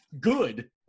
good